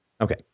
Okay